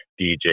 DJ